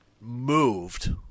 moved